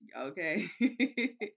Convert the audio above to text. Okay